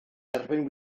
erbyn